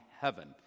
heaven